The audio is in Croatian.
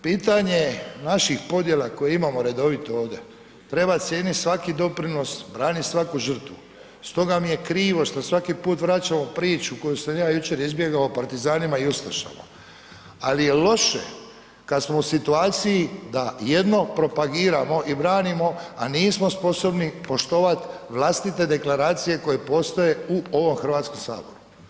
Pitanje naših podjela koje imamo redovito ovdje treba cijenit svaki doprinos, branit svaku žrtvu, stoga mi je krivo što svaki put vraćamo priču koju sam ja jučer izbjegao o partizanima i ustašama, ali je loše kad smo u situaciji da jedno propagiramo i branimo, a nismo sposobni poštovat vlastite deklaracije koje postoje u ovom Hrvatskom saboru.